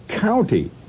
county